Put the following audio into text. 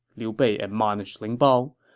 liu bei admonished ling bao.